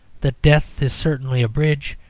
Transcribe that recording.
that death is certainly a bridge,